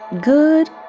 good